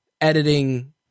editing